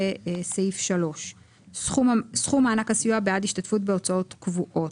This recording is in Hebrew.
לסעיף 3. סכום מענק הסיוע בעד השתתפות בהוצאות קבועות.